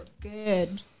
Good